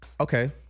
okay